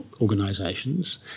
organisations